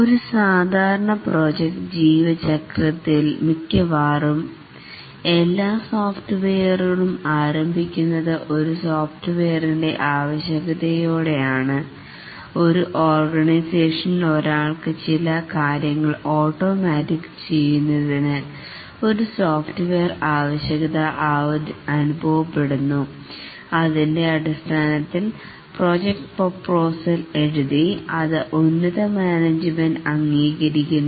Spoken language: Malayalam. ഒരു സാധാരണ പ്രോജക്ട് ജീവിത ചക്രത്തിൽ മിക്കവാറും എല്ലാ സോഫ്റ്റ്വെയറുകളും ആരംഭിക്കുന്നത് ഒരു സോഫ്റ്റ്വെയറിനെ ആവശ്യകതയോടെയാണ് ഒരു ഓർഗനൈസേഷനിൽ ഒരാൾക്ക് ചില കാര്യങ്ങൾ ഓട്ടോമാറ്റിക് ചെയ്യുന്നതിന് ഒരു സോഫ്റ്റ്വെയർ ആവശ്യകത അനുഭവപ്പെടുന്നു അതിൻറെ അടിസ്ഥാനത്തിൽ പ്രോജക്ട് പ്രൊപ്പോസൽ എഴുതി അത് ഉന്നത മാനേജ്മെൻറ് അംഗീകരിക്കുന്നു